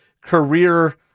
career